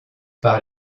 par